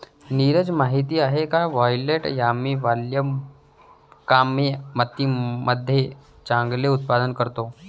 नीरज माहित आहे का वायलेट यामी वालुकामय मातीमध्ये चांगले उत्पादन करतो?